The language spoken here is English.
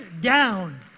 down